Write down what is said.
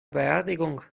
beerdigung